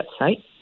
website